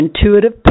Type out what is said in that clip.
intuitive